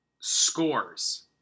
scores